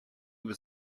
was